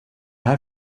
här